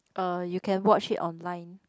uh you can watch it online